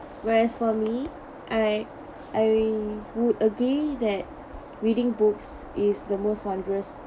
whereas for me I I would agree that reading books is the most wondrous